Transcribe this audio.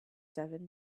seven